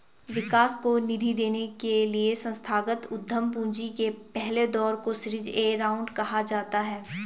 विकास को निधि देने के लिए संस्थागत उद्यम पूंजी के पहले दौर को सीरीज ए राउंड कहा जाता है